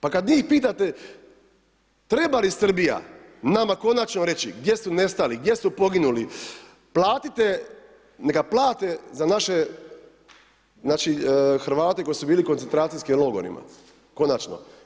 Pa kad njih pitate treba li Srbija nama konačno reći gdje su nestali, gdje su poginuli, platite, neka plate za naše, znači Hrvate koji su bili u koncentracijskim logorima, konačno.